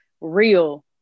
real